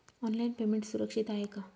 Online payment सुरक्षित आहे का?